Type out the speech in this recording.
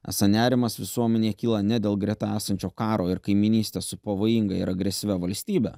esą nerimas visuomenėj kyla ne dėl greta esančio karo ir kaimynystė su pavojinga ir agresyvia valstybe